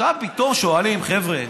עכשיו פתאום שואלים: חבר'ה,